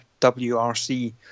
WRC